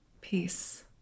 peace